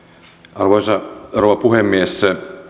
arvoisa rouva puhemies